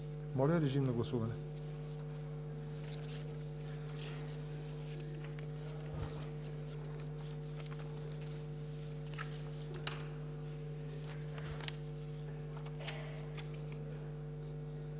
Моля, режим на гласуване